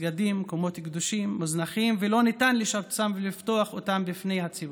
מסגדים ומקומות קדושים מוזנחים ולא ניתן לשפצם ולפתוח אותם לפני הציבור,